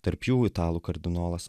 tarp jų italų kardinolas